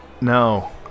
No